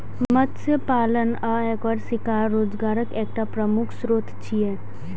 मत्स्य पालन आ एकर शिकार रोजगारक एकटा प्रमुख स्रोत छियै